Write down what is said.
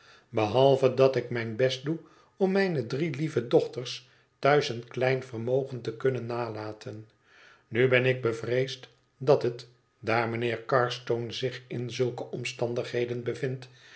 behalve dat ik mijn best doe om mijne drie lieve dochters thuis een klein vermogen te kunnen nalaten nu ben ik bevreesd dat het daar mijnheer carstone zich in zulke omstandigheden bevindt